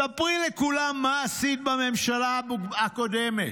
ספרי לכולם מה עשית בממשלה הקודמת,